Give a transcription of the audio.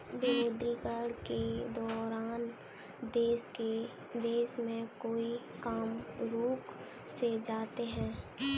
विमुद्रीकरण के दौरान देश में कई काम रुक से जाते हैं